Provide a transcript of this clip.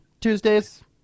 Tuesdays